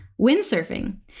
windsurfing